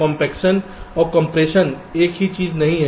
compaction और compression एक ही चीज नहीं हैं